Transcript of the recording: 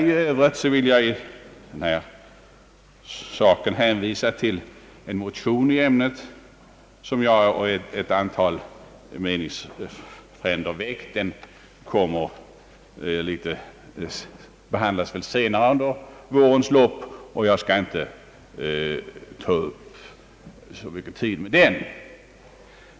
I övrigt vill jag i denna sak hänvisa till en motion i ämnet som jag och ett antal meningsfränder väckt. Den behandlas väl senare under vårens lopp, och jag skall inte nu ta upp så mycket tid därmed.